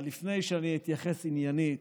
אבל לפני שאני אתייחס עניינית,